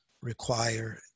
require